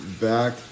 Back